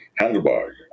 handlebar